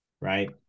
right